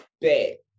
Bet